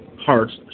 hearts